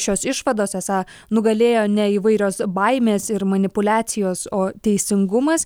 šios išvados esą nugalėjo ne įvairios baimės ir manipuliacijos o teisingumas